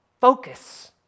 focus